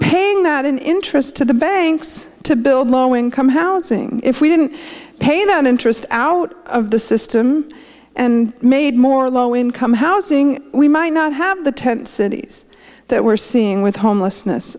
paying that in interest to the banks to build low income housing if we didn't pay that interest out of the system and made more low income housing we might not have the tent cities that we're seeing with homelessness